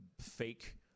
fake